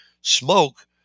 smoke